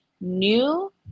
new